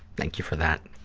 thank you for that.